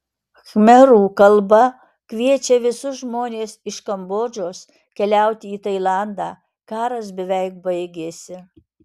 khmerų kalba kviečia visus žmones iš kambodžos keliauti į tailandą karas beveik baigėsi